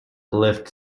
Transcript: lift